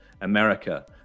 America